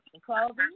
Clothing